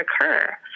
occur